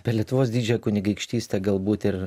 apie lietuvos didžiąją kunigaikštystę galbūt ir